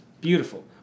Beautiful